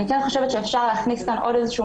אני חושבת שאפשר להכניס כאן עוד איזון